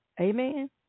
Amen